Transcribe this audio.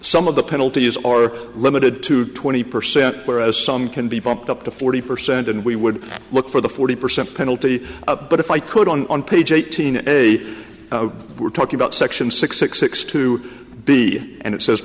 some of the penalties are limited to twenty percent whereas some can be bumped up to forty percent and we would look for the forty percent penalty but if i could on page eighteen a we're talking about section six six six two b and it says